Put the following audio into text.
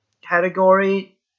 category